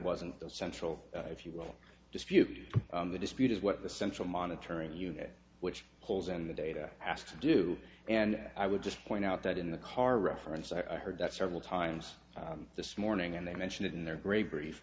wasn't the central if you will dispute the dispute is what the central monitoring unit which holes in the data asked to do and i would just point out that in the car reference i heard that several times this morning and they mentioned it in their great grief